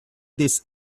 this